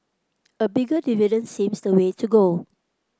a bigger dividend seems the way to go